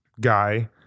guy